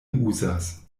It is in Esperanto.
uzas